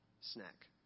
Snack